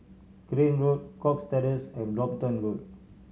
Crane Road Cox Terrace and Brompton Road